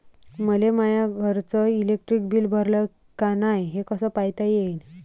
मले माया घरचं इलेक्ट्रिक बिल भरलं का नाय, हे कस पायता येईन?